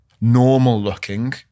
normal-looking